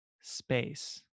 space